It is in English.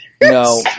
No